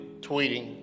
tweeting